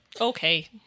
Okay